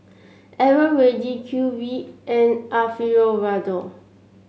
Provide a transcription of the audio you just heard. Eveready Q V and Alfio Raldo